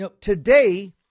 Today